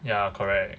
ya correct